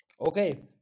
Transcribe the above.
Okay